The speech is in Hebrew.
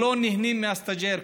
לא נהנים מהסטאז'ר,